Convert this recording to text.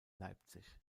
leipzig